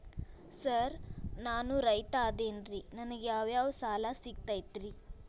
Sir ನಾನು ರೈತ ಅದೆನ್ರಿ ನನಗ ಯಾವ್ ಯಾವ್ ಸಾಲಾ ಸಿಗ್ತೈತ್ರಿ?